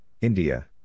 India